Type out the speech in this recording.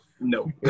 No